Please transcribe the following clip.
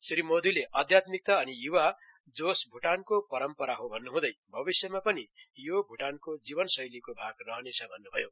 श्री मोदीले अध्यात्मिकता अनि य्वा जोश भूटानको परम्परा हो भन्न्ह्दै भविषयमा पनि यो भूटान को जीवनशैलीको भाग रहनेछ भन्न्भयो